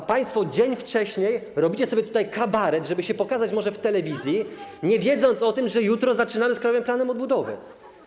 A państwo dzień wcześniej robicie sobie tutaj kabaret, żeby się może pokazać w telewizji, nie wiedząc o tym, że jutro zaczynamy z Krajowym Planem Odbudowy.